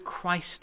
Christ